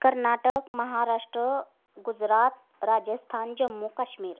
Karnataka Maharashtra Gujarat Rajasthan Jammu Kashmir